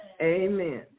Amen